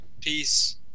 Peace